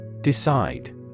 Decide